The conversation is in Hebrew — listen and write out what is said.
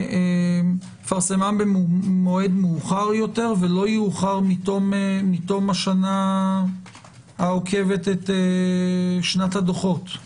לפרסמם במועד מאוחר יותר ולא יאוחר מתום השנה העוקבת את שנת הדוחות.